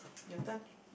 your turn